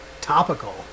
Topical